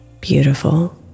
beautiful